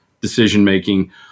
decision-making